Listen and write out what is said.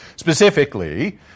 Specifically